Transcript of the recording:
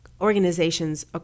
organizations